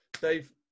Dave